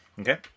Okay